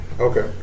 Okay